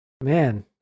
Man